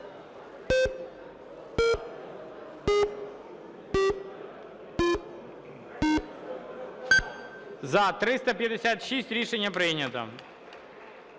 За-356 Рішення прийнято.